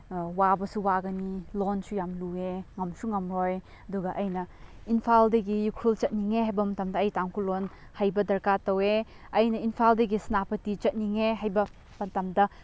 ꯋꯥꯕꯁꯨ ꯋꯥꯒꯅꯤ ꯂꯣꯟꯁꯨ ꯌꯥꯝ ꯂꯨꯏꯌꯦ ꯉꯝꯁꯨ ꯉꯝꯂꯣꯏ ꯑꯗꯨꯒ ꯑꯩꯅ ꯏꯝꯐꯥꯜꯗꯒꯤ ꯎꯈ꯭ꯔꯨꯜ ꯆꯠꯅꯤꯡꯉꯦ ꯍꯥꯏꯕ ꯃꯇꯝꯗ ꯑꯩ ꯇꯥꯡꯈꯨꯜ ꯂꯣꯟ ꯍꯩꯕ ꯗꯔꯀꯥꯔ ꯇꯧꯋꯦ ꯑꯩꯅ ꯏꯝꯐꯥꯜꯗꯒꯤ ꯁꯦꯅꯥꯄꯇꯤ ꯆꯠꯅꯤꯡꯉꯦ ꯍꯥꯏꯕ ꯃꯇꯝꯗ